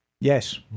Yes